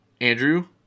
Andrew